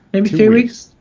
maybe three weeks.